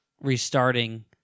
restarting